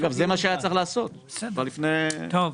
אגב, זה מה שהיה צריך לעשות, כבר לפני --- טוב.